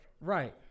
Right